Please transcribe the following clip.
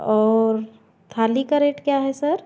और थाली का रेट क्या है सर